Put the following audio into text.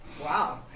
Wow